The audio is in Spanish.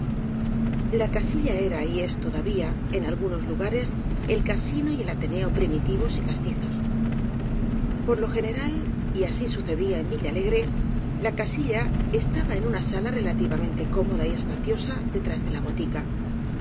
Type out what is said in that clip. la casilla era y es todavía en algunos lugares el casino y el ateneo primitivos y castizos por lo general y así sucedía en villalegre la casilla estaba en una sala relativamente cómoda y espaciosa detrás de la botica